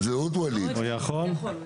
הוא יכול.